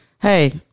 Hey